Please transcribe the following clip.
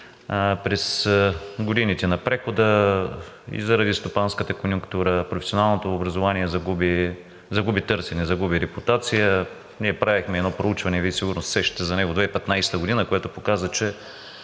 през годините на прехода и заради стопанската конюнктура професионалното образование загуби търсене, загуби репутация. Ние правихме едно проучване, Вие сигурно се сещате за него, 2015 г., което показа, че